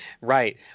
Right